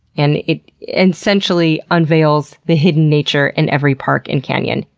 and it essentially unveils the hidden nature in every park and canyon,